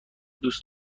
دوست